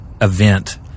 event